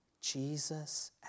Jesus